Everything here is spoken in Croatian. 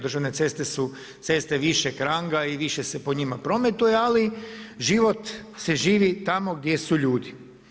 Državne ceste su ceste višeg ranga i više se po njima prometuje, ali život se živi tamo gdje su ljudi.